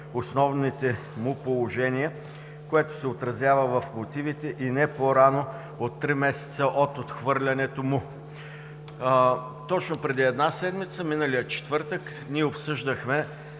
основните му положения, което се отразява в мотивите, и не по-рано от три месеца след отхвърлянето му“. Точно преди една седмица, миналия четвъртък, обсъждахме